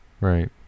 Right